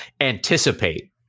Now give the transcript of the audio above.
anticipate